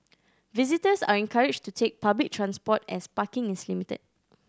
visitors are encouraged to take public transport as parking is limited